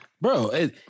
Bro